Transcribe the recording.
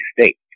state